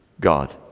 God